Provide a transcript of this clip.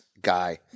guy